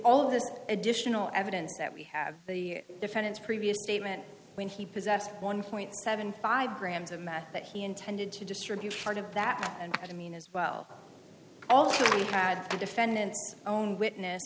of this additional evidence that we have the defendant's previous statement when he possessed one point seven five grams of math that he intended to distribute part of that and i mean as well also had the defendant's own witness